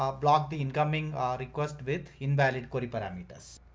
um block the incoming request with invalid query parameters.